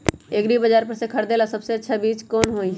एग्रिबाजार पर से खरीदे ला सबसे अच्छा चीज कोन हई?